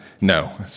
no